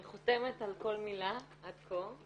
אני חותמת על כל מילה עד כה.